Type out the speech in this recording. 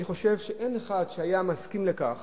אני חושב שאין אחד שהיה מסכים לכך